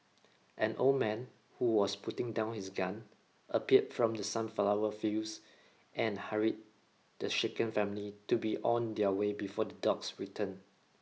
an old man who was putting down his gun appeared from the sunflower fields and hurried the shaken family to be on their way before the dogs return